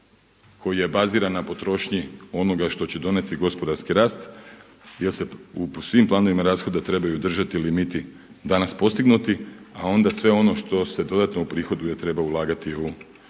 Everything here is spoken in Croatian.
koji je baziran na potrošnji onoga što će o donijeti gospodarski rast, jer se u svim planovima rashoda trebaju držati limiti danas postignuti, a onda sve ono što se dodatno uprihoduje treba ulagati u